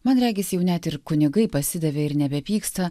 man regis jau net ir kunigai pasidavė ir nebepyksta